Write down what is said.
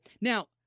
Now